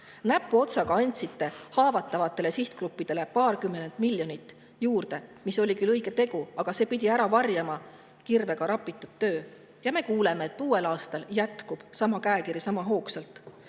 Näpuotsaga andsite haavatavatele sihtgruppidele paarkümmend miljonit juurde, mis oli küll õige tegu, aga see pidi ära varjama kirvega rapitud töö. Ja me kuuleme, et uuel aastal jätkub sama käekiri sama hoogsalt.